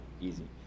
easy